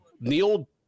Neil